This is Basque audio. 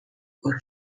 oso